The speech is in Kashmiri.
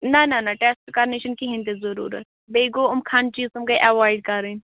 نہ نہ نہ ٹٮ۪سٹ کَرنٕچ چھَنہٕ کِہیٖنۍ تہِ ضٔروٗرت بیٚیہِ گوٚو یِم کھَنٛڈٕ چیٖز تِم گٔے اٮ۪وایِڈ کَرٕنۍ